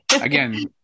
Again